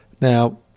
Now